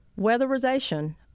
Weatherization